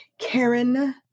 Karen